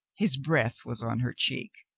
his breath was on her cheek.